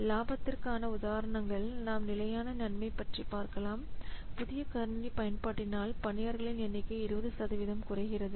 இலாபத்திற்கு ஆன உதாரணங்களாக நாம் நிலையான நன்மை பற்றி பார்க்கலாம் புதிய கணினி பயன்பாட்டினால் பணியாளர்களின் எண்ணிக்கை 20 குறைகிறது